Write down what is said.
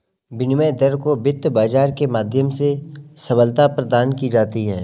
विनिमय दर को वित्त बाजार के माध्यम से सबलता प्रदान की जाती है